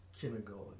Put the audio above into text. kindergarten